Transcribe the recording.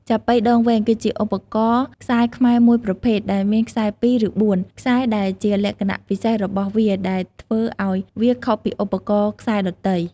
ចាប៉ីដងវែងគឺជាឧបករណ៍ខ្សែខ្មែរមួយប្រភេទដែលមានខ្សែ២ ឬ ៤ ខ្សែដែលជាលក្ខណៈពិសេសរបស់វាដែលធ្វើឲ្យវាខុសពីឧបករណ៍ខ្សែដទៃ។